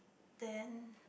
then